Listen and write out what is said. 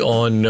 on